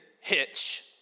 Hitch